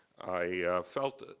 i felt,